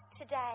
today